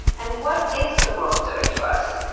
and what is the world doing to us?